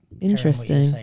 interesting